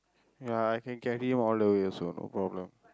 ya I can carry him all the way also no problem